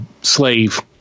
slave